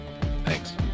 Thanks